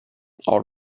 all